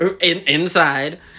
inside